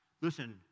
Listen